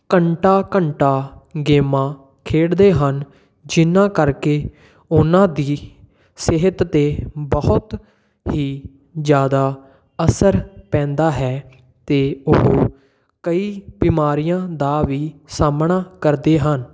ਘੰਟਾ ਘੰਟਾ ਗੇਮਾਂ ਖੇਡਦੇ ਹਨ ਜਿਨ੍ਹਾਂ ਕਰਕੇ ਉਹਨਾਂ ਦੀ ਸਿਹਤ 'ਤੇ ਬਹੁਤ ਹੀ ਜ਼ਿਆਦਾ ਅਸਰ ਪੈਂਦਾ ਹੈ ਅਤੇ ਉਹ ਕਈ ਬਿਮਾਰੀਆਂ ਦਾ ਵੀ ਸਾਹਮਣਾ ਕਰਦੇ ਹਨ